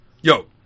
Yo